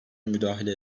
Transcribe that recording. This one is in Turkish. müdahale